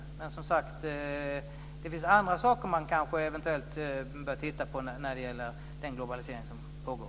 Det finns, som sagt var, andra saker som man eventuellt bör titta på när det gäller den globalisering som pågår.